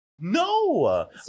no